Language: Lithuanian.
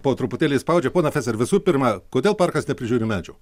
po truputėlį spaudžia ponia feser visų pirma kodėl parkas neprižiūri medžių